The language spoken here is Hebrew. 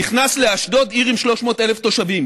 נכנס לאשדוד, עיר עם 300,000 תושבים.